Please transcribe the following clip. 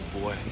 boy